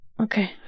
Okay